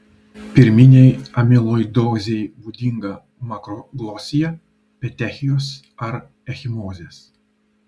pirminei amiloidozei būdinga makroglosija petechijos ar ekchimozės